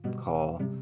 call